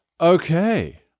Okay